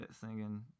singing